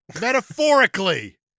metaphorically